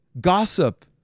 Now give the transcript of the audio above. gossip